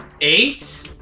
Eight